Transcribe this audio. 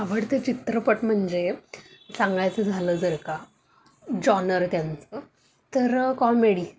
आवडते चित्रपट म्हणजे सांगायचं झालं जर का जॉनर त्यांचं तर कॉमेडी